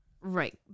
right